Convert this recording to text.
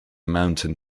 mountain